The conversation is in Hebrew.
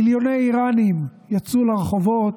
מיליוני איראנים יצאו לרחובות,